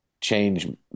change